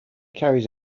carries